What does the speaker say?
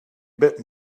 bit